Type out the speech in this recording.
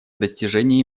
достижении